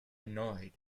annoyed